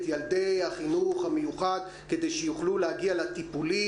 ילדי החינוך המיוחד כדי שיוכלו להגיע לטיפולים.